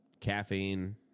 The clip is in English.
caffeine